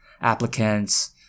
applicants